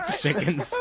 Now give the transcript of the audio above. Chickens